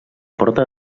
porta